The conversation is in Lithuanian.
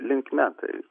linkme tai